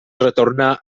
retornà